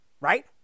Right